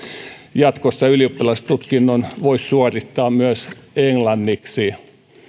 jatkossa ylioppilastutkinnon voisi suorittaa myös englanniksi